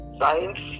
science